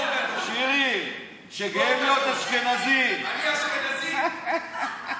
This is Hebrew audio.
שיום-יום תסתכלו במראה ותגידו לעצמכם.